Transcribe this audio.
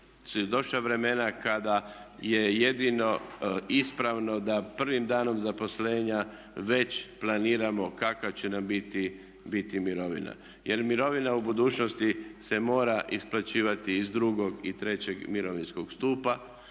došla vremena kada je jedino ispravno da prvim danom zaposlenja već planiramo kakva će nam biti mirovina. Jer mirovina u budućnosti se mora isplaćivati iz drugog i trećeg mirovinskog stupa